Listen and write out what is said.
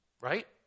Right